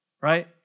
right